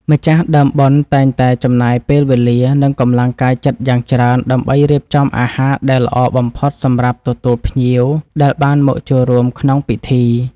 ម្ចាស់ដើមបុណ្យតែងតែចំណាយពេលវេលា និងកម្លាំងកាយចិត្តយ៉ាងច្រើន ដើម្បីរៀបចំអាហារដែលល្អបំផុតសម្រាប់ទទួលភ្ញៀវដែលបានមកចូលរួមក្នុងពិធី។